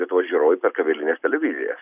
lietuvos žiūrovai per kabelines televizijas